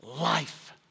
life